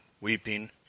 weeping